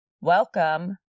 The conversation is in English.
welcome